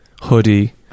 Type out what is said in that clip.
hoodie